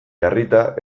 jarrita